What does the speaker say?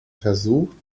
versucht